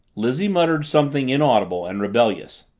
lizzie muttered something inaudible and rebellious,